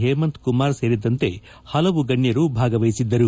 ಹೇಮಂತ್ ಕುಮಾರ್ ಸೇರಿದಂತೆ ಹಲವು ಗಣ್ಣರು ಭಾಗವಹಿಸಿದ್ದರು